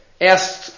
Asked